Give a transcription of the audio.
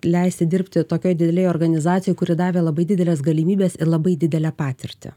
leisti dirbti tokioj didelėj organizacijoj kuri davė labai dideles galimybes ir labai didelę patirtį